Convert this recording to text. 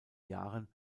jahren